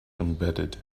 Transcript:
embedded